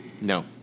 No